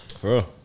bro